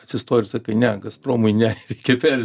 atsistoji ir sakai ne gazpromui ne reikia pereit